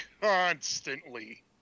constantly